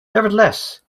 nevertheless